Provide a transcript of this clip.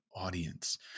audience